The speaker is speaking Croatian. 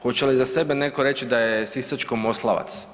Hoće li za sebe neko reći da je sisačko Moslavac?